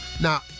Now